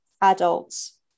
adults